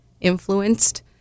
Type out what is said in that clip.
influenced